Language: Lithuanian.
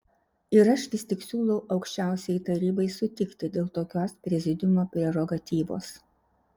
ir aš vis tik siūlau aukščiausiajai tarybai sutikti dėl tokios prezidiumo prerogatyvos